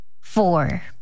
Four